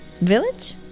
Village